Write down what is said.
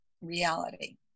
reality